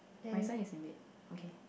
my sign is in wait okay